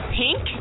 pink